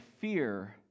fear